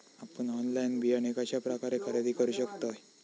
आपन ऑनलाइन बियाणे कश्या प्रकारे खरेदी करू शकतय?